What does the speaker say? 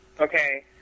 okay